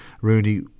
Rooney